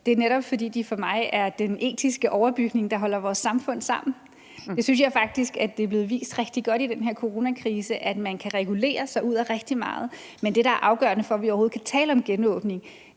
højt, netop er, at de for mig er den etiske overbygning, der holder vores samfund sammen. Det synes jeg faktisk er blevet vist rigtig godt i den her coronakrise, nemlig at man kan regulere sig ud af rigtig meget, men at det, der er afgørende for, at vi overhovedet kan tale om genåbning,